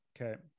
Okay